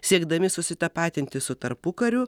siekdami susitapatinti su tarpukariu